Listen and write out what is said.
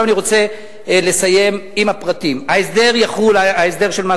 אני רוצה לסיים עם הפרטים: ההסדר של מס